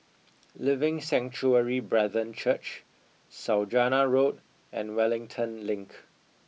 Living Sanctuary Brethren Church Saujana Road and Wellington Link